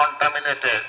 contaminated